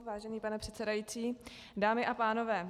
Vážený pane předsedající, dámy a pánové.